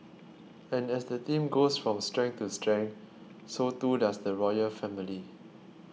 and as the team goes from strength to strength so too does the royal family